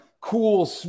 cool